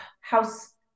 house